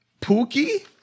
pookie